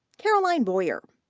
caroline boyer.